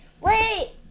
Wait